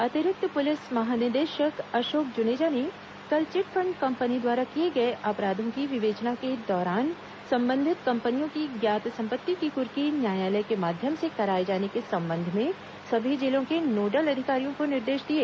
अतिरिक्त पुलिस महानिदेशक अशोक जुनेजा ने कल चिटफंड कंपनी द्वारा किए गए अपराधों की विवेचना के दौरान संबंधित कंपनियों की ज्ञात संपत्ति की कुर्की न्यायालय के माध्यम से कराए जाने के संबंध में सभी जिलों के नोडल अधिकारियों को निर्देश दिए